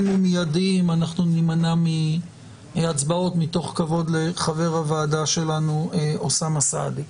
ומידיים אנחנו נמנע מהצבעות מתוך כבוד לחבר הוועדה שלנו אוסאמה סעדי.